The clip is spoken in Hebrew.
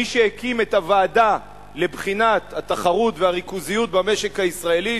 מי שהקים את הוועדה לבחינת התחרות והריכוזיות במשק הישראלי,